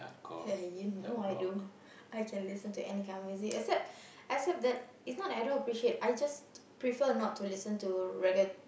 ya you know I do I actually listen to any kind of music except except that it's not that I don't appreciate I just prefer not to listen to Raggard